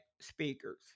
speakers